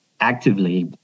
actively